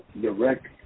direct